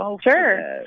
Sure